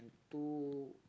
two